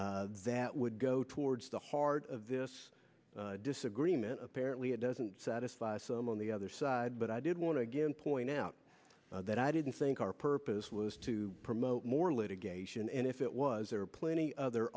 minute that would go towards the heart of this disagreement apparently it doesn't satisfy some on the other side but i did want to again point out that i didn't think our purpose was to promote more litigation and if it was there are plenty other